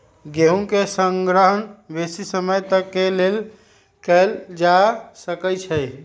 गेहूम के संग्रहण बेशी समय तक के लेल कएल जा सकै छइ